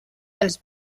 dels